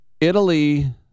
Italy